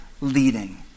leading